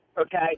Okay